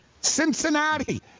Cincinnati